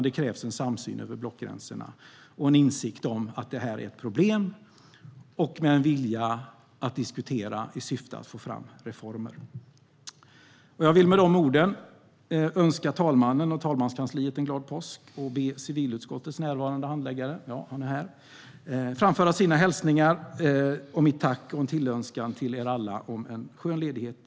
Det krävs en samsyn över blockgränserna, en insikt om att det finns problem och en vilja att diskutera i syfte att få fram reformer. Jag vill med de orden önska talmannen och talmanskansliet en glad påsk. Jag ber civilutskottets närvarande handläggare - han är här - att framföra mina hälsningar, mitt tack och en tillönskan till alla om en skön ledighet.